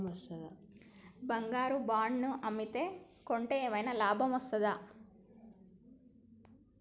బంగారు బాండు ను అమ్మితే కొంటే ఏమైనా లాభం వస్తదా?